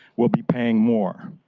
will be paying more.